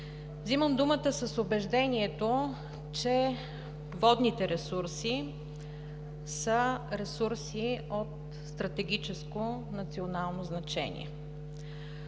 Вземам думата с убеждението, че водните ресурси са ресурси от стратегическо национално значение.